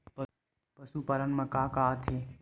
पशुपालन मा का का आथे?